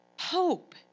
Hope